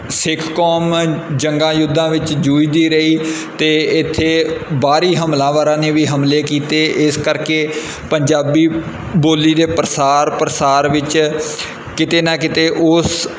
ਸਿੱਖ ਕੌਮ ਜੰਗਾਂ ਯੁੱਧਾਂ ਵਿੱਚ ਜੂਝਦੀ ਰਹੀ ਅਤੇ ਇੱਥੇ ਬਾਹਰੀ ਹਮਲਾਵਰਾਂ ਨੇ ਵੀ ਹਮਲੇ ਕੀਤੇ ਇਸ ਕਰਕੇ ਪੰਜਾਬੀ ਬੋਲੀ ਦੇ ਪ੍ਰਸਾਰ ਪ੍ਰਸਾਰ ਵਿੱਚ ਕਿਤੇ ਨਾ ਕਿਤੇ ਉਸ